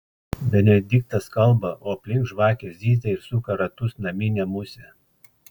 benediktas kalba o aplink žvakę zyzia ir suka ratus naminė musė